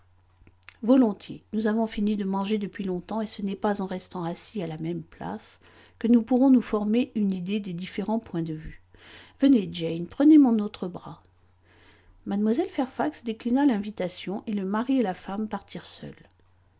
volontiers nous avons fini de manger depuis longtemps et ce n'est pas en restant assis à la même place que nous pourrons nous former une idée des différents points de vue venez jane prenez mon autre bras mlle fairfax déclina l'invitation et le mari et la femme partirent seuls